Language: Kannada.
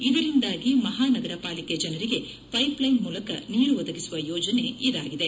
ಇದರಿಂದಾಗಿ ಮಹಾನಗರ ಪಾಲಿಕೆ ಜನರಿಗೆ ವೈಪ್ಲೈನ್ ಮೂಲಕ ನೀರು ಒದಗಿಸುವ ಯೋಜನೆ ಇದಾಗಿದೆ